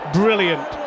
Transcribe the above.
brilliant